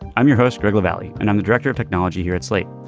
i'm your host google valley and i'm the director of technology here at slate.